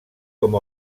com